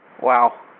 wow